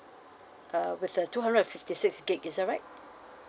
uh with the two hundred and fifty six gig is that right